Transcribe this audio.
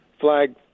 flag